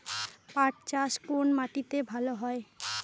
পাট চাষ কোন মাটিতে ভালো হয়?